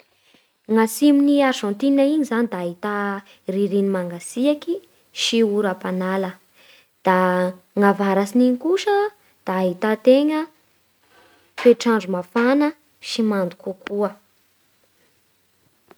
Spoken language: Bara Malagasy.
Ny atsimon'ny Argentine iny zany da ahità ririny mangatsiaky sy oram-panala. Da ny avarats'iny kosa da ahità tena toetr'andro mafana sy mando kokoa.